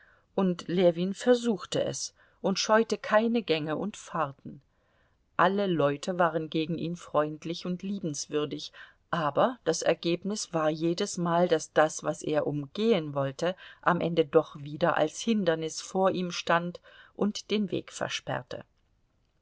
und ljewin versuchte es und scheute keine gänge und fahrten alle leute waren gegen ihn freundlich und liebenswürdig aber das ergebnis war jedesmal daß das was er umgehen wollte am ende doch wieder als hindernis vor ihm stand und den weg versperrte